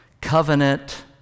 covenant